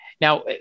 Now